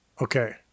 Okay